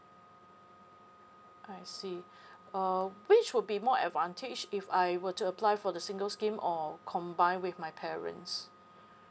I see uh which will be more advantage if I were to apply for the single scheme or combine with my parents